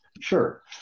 Sure